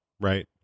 right